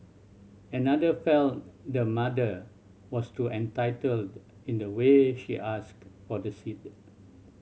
another felt the mother was too entitled in the way she asked for the seed